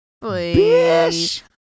bish